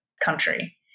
country